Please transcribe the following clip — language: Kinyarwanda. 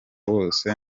wose